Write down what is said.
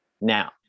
Now